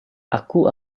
aku